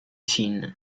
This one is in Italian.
sin